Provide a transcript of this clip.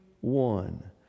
one